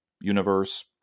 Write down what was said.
universe